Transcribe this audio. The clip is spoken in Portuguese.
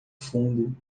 fundo